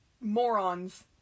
Morons